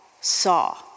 saw